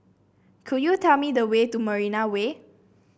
could you tell me the way to Marina Way